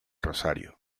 rosario